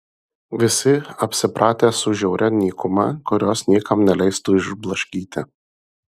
visi apsipratę su žiauria nykuma kurios niekam neleistų išblaškyti